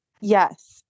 Yes